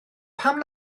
pam